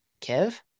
Kev